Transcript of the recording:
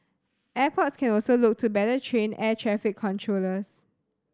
airports can also look to better train air traffic controllers